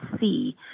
see